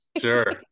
sure